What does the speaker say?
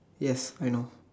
yes I know